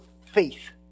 faith